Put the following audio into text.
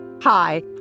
Hi